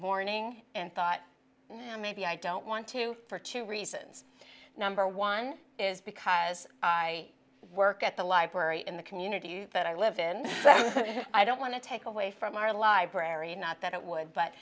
morning and thought maybe i don't want to for two reasons number one is because i work at the library in the community that i live in that i don't want to take away from our library not that it would but